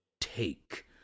take